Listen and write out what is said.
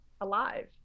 alive